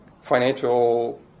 financial